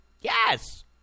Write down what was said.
Yes